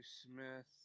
Smith